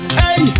hey